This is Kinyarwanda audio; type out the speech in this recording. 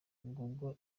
google